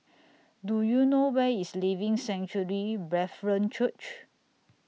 Do YOU know Where IS Living Sanctuary Brethren Church